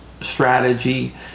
strategy